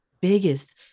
biggest